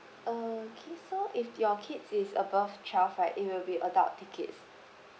uh okay so if your kid is above twelve right it will be adult tickets